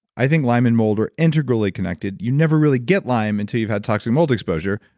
i think lyme and mold are integrally connected. you never really get lyme until you've had toxic mold exposure.